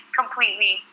completely